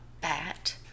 bat